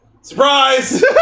Surprise